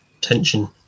tension